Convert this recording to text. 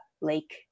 lake